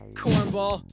Cornball